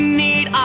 need